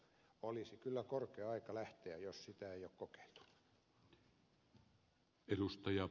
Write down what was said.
olisi kyllä korkea aika lähteä jos sitä ei ole kokeiltu